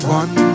one